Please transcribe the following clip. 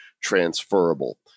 transferable